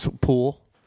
pool